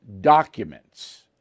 documents